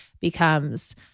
becomes